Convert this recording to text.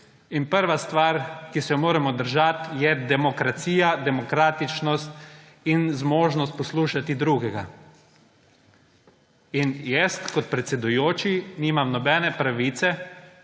In prva stvar, ki se je moramo držati, je demokracija, demokratičnost in zmožnost poslušati drugega. Kot predsedujoči nimam nobene pravice